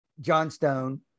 Johnstone